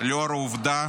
לאור העובדה